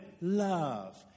love